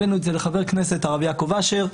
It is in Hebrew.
הבאנו את זה לחבר הכנסת הרב יעקב אשר,